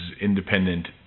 independent